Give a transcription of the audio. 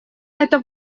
это